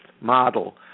model